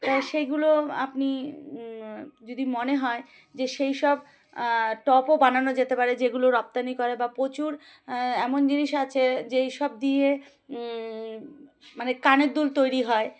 সেইগুলো আপনি যদি মনে হয় যে সেই সব টপও বানানো যেতে পারে যেগুলো রপ্তানি করে বা প্রচুর এমন জিনিস আছে যেই সব দিয়ে মানে কানের দুল তৈরি হয়